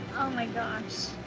oh, my gosh.